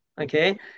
okay